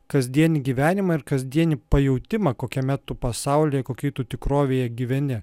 kasdienį gyvenimą ir kasdienį pajautimą kokiame tu pasaulyje kokioj tikrovėje gyveni